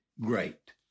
great